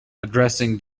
addressing